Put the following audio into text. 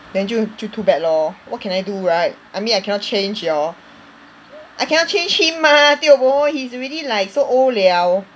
then 就就 too bad lor what can I do right I mean I cannot change your I cannot change him mah tio boh he's already like so old liao